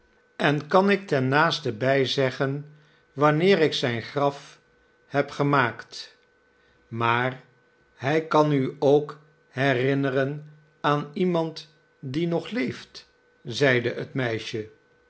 en kan ik ten naasten bij zeggen wanneer ik zijn graf heb gemaakt maar hij kan u ook herinneren aan iemand die nog leeft zeide het meisje